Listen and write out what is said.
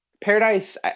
Paradise